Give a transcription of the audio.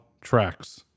tracks